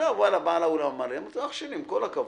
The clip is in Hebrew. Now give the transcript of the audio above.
אמרתי לבעל האולם: "אח שלי, עם כל הכבוד,